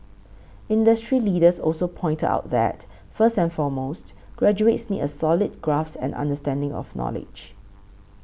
industry leaders also pointed out that first and foremost graduates need a solid grasp and understanding of knowledge